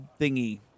thingy